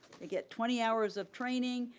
get twenty hours of training,